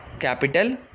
Capital